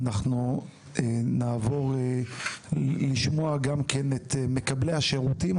אנחנו נעבור לשמוע גם את מקבלי השירותים.